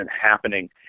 happening